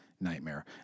nightmare